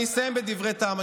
אני אסיים בדברי טעם.